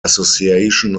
association